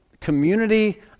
community